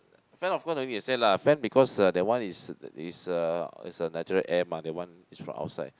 fan of course don't need to say lah fan because that one is is a natural air mah that one is from outside